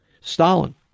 Stalin